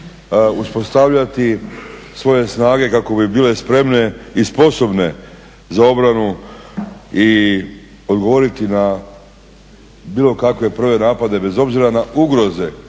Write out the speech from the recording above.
uspostavljati svoje snage kako bi bile spremne i sposobne za obranu i odgovoriti na bilo kakve … napade, bez obzira na ugroze